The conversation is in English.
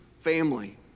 family